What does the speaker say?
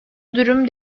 durum